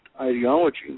ideology